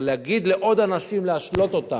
אבל להגיד לעוד אנשים, להשלות אותם: